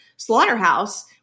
Slaughterhouse